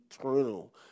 eternal